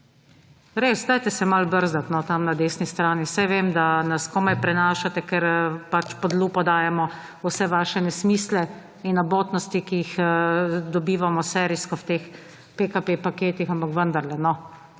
res, dajte se malo brzdat no tam na desni strani. Saj vem, da nas komaj prenašate, ker pod lupo dajemo vse vaše nesmisle in abotnosti, ki jih dobivamo serijsko v teh PKP paketih, ampak vendarle,